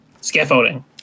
Scaffolding